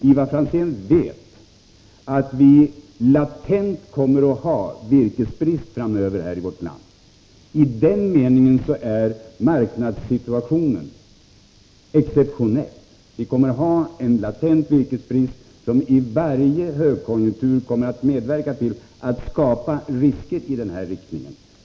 Ivar Franzén vet att vi framöver kommer att ha latent virkesbrist i vårt land. I den meningen är marknadssituationen exceptionell. Vi kommer att ha en latent virkesbrist, som i varje högkonjunktur kommer att medverka till att skapa risker i denna riktning.